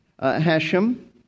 Hashem